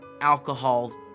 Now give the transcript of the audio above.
alcohol